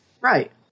Right